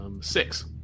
Six